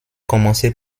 commencer